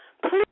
please